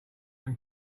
than